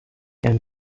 and